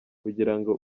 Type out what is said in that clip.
kugirango